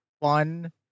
fun